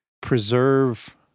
preserve